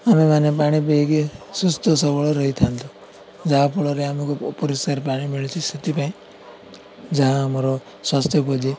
ଆମେମାନେ ପାଣି ପିଇକି ସୁସ୍ଥ ସବଳ ରହିଥାନ୍ତୁ ଯାହାଫଳରେ ଆମକୁ ଅପରିଷ୍କାର ପାଣି ମିଳୁଛି ସେଥିପାଇଁ ଯାହା ଆମର ସ୍ୱାସ୍ଥ୍ୟ ପ୍ରତି